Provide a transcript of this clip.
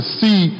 see